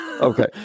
Okay